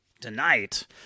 tonight